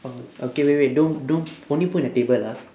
oh okay wait wait don't don't only put on the table ah